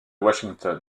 washington